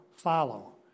follow